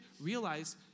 Realize